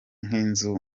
nk’izi